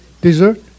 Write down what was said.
dessert